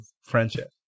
friendship